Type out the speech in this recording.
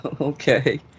Okay